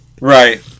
Right